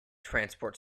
transport